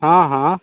हँ हँ